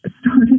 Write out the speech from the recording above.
started